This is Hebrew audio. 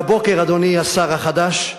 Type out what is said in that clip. והבוקר, אדוני השר החדש,